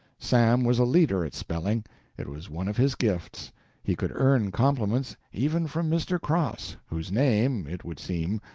sam was a leader at spelling it was one of his gifts he could earn compliments even from mr. cross, whose name, it would seem,